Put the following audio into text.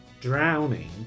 drowning